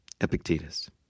Epictetus